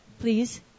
please